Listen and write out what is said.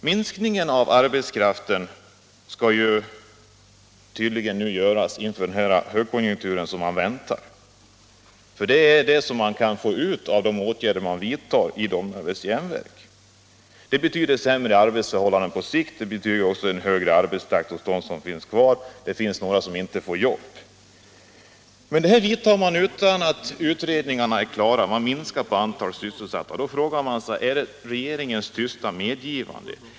Minskningen av arbetskraften skall tydligen göras inför den högkonjunktur som man väntar; det är vad jag kan få ut av de åtgärder man vidtar vid Domnarvets Jernverk. Det betyder sämre arbetsförhållanden på sikt och en högre arbetstakt för dem som finns kvar, och några människor får inte jobb. Sådana åtgärder vidtar man utan att utredningarna är klara. Man bara minskar på antalet sysselsatta. Sker detta med regeringens tysta medgivande?